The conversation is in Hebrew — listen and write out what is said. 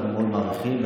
אנחנו מאוד מעריכים,